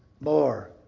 More